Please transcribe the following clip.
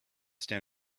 stand